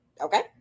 okay